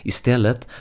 Istället